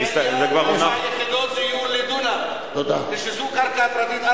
ארבע יחידות דיור לדונם ושזו קרקע פרטית,